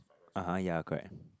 (uh huh) ya correct